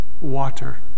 water